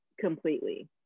completely